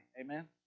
Amen